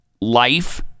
life